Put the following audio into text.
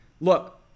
Look